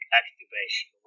activation